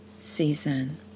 season